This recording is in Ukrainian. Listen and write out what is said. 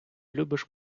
любиш